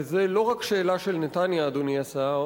וזה לא רק שאלה של נתניה, אדוני השר,